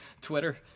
Twitter